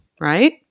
right